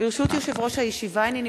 14 בעד, אין מתנגדים, אין נמנעים.